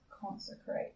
consecrate